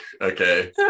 okay